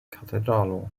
katedralo